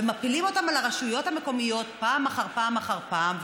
ומפילים אותן על הרשויות המקומיות פעם אחר פעם אחר פעם,